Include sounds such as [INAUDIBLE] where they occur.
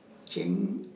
[UNINTELLIGIBLE] Chen